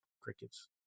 Crickets